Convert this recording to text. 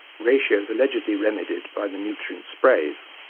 ratios allegedly remedied by the nutrient sprays.